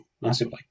massively